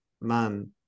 man